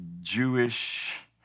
Jewish